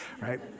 right